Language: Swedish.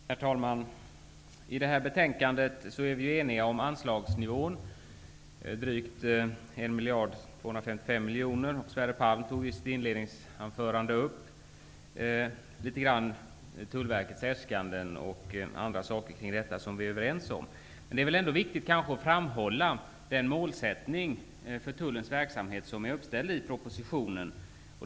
Herr talman! I det här betänkandet är vi eniga om anslagsnivån på drygt 1 255 miljoner. Sverre Palm tog i sitt inledningsanförande upp Tullverkets äskanden och andra saker kring detta som vi är överens om. Det är kanske ändå viktigt att framhålla den målsättning för Tullens verksamhet som anges i propositionen.